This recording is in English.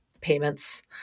payments